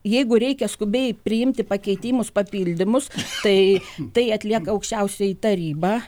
jeigu reikia skubiai priimti pakeitimus papildymus tai tai atlieka aukščiausioji taryba